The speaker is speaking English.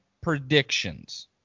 predictions